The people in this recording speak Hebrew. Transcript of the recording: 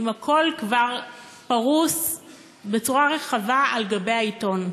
אם הכול כבר פרוס בצורה רחבה על גבי העיתון?